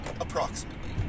approximately